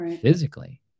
physically